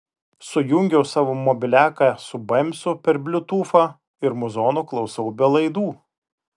sujungiau savo mobiliaką su bemsu per bliutūfą ir muzono klausau be laidų